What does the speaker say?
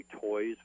toys